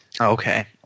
Okay